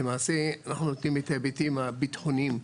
למעשה אנחנו נותנים את ההיבטים הביטחוניים.